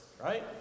right